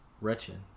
wretched